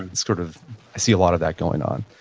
and sort of see a lot of that going on.